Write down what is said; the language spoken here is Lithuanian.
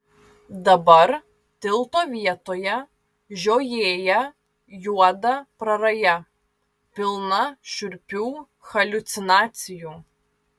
dabar tilto vietoje žiojėja juoda praraja pilna šiurpių haliucinacijų